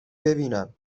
ببینم